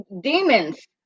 demons